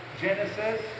Genesis